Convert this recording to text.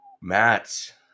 Matt